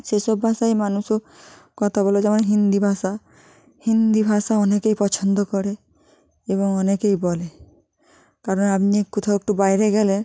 সেসব ভাষায় মানুষও কথা বলো যেমন হিন্দি ভাষা হিন্দি ভাষা অনেকেই পছন্দ করে এবং অনেকেই বলে কারণ আপনি কোথাও একটু বায়রে গেলে